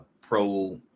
pro